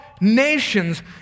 nations